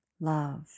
love